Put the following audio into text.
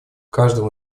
каждому